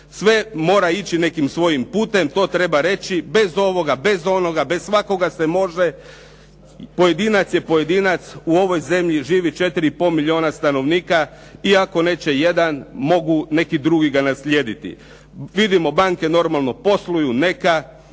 Sve mora ići nekim svojim putem, to treba reći, bez ovoga, bez onoga, bez svakoga se može, pojedinac je pojedinac. U ovoj zemlji živi 4,5 milijuna stanovnika i ako neće jedan, mogu neki drugi ga naslijediti. Vidimo, banke normalno posluju. Neka,